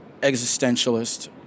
existentialist